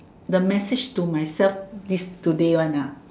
the message to myself this today one ah